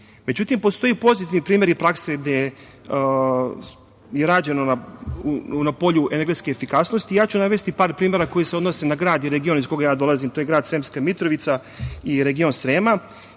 EMS.Međutim, postoje pozitivni primeri praksi gde je rađeno na polju energetske efikasnosti. Ja ću navesti par primera koji se odnose na grad i region iz koga ja dolazim, to je grad Sremska Mitrovica i region Srema.